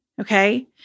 Okay